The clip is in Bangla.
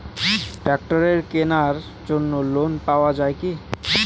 ট্রাক্টরের কেনার জন্য লোন পাওয়া যায় কি?